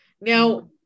Now